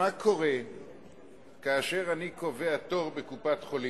מה קורה כאשר אני קובע תור בקופת-חולים